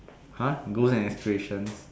!huh! goals and aspirations